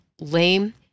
lame